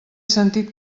sentit